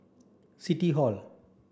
City Hall